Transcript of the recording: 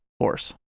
horse